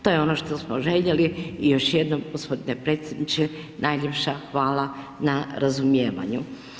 TO je ono što smo željeli i još jednom gospodine predsjedniče najljepša hvala na razumijevanju.